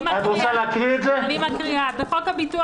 "בחוק הביטוח